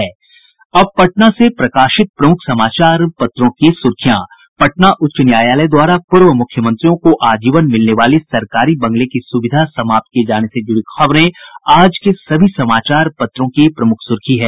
अब पटना से प्रकाशित प्रमुख समाचार पत्रों की सुर्खियां पटना उच्च न्यायालय द्वारा पूर्व मुख्यमंत्रियों को आजीवन मिलने वाली सरकारी बंगले की सुविधा समाप्त किये जाने से जुड़ी खबरें आज के सभी समाचार पत्रों की प्रमुख सुर्खी है